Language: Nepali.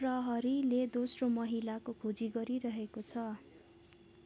प्रहरीले दोस्रो महिलाको खोजी गरिरहेको छ